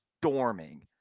storming